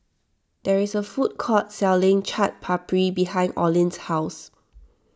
there is a food court selling Chaat Papri behind Oline's house